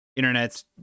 Internet's